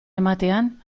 ematean